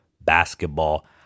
basketball